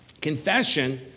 Confession